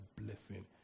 blessing